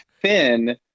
Finn